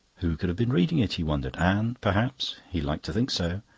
who could have been reading it, he wondered? anne, perhaps he liked to think so.